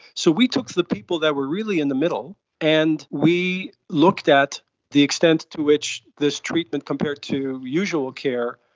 so we took the people that were really in the middle and we looked at the extent to which this treatment compared to usual care,